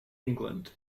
england